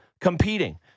Competing